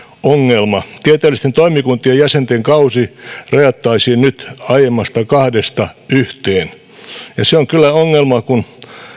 ongelma tieteellisten toimikuntien jäsenten kausi rajattaisiin nyt aiemmasta kahdesta yhteen ja se on kyllä ongelma kun